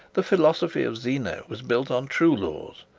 the philosophy of zeno was built on true laws,